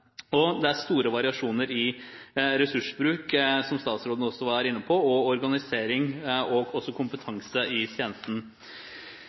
og det er store variasjoner i ressursbruk – som statsråden også var inne på – og organisering av og